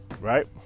right